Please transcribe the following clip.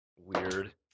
Weird